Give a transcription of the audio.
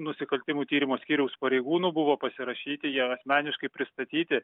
nusikaltimų tyrimo skyriaus pareigūnų buvo pasirašyti jie asmeniškai pristatyti